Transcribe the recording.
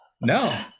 no